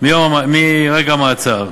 מרגע המעצר,